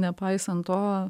nepaisant to